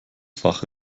fach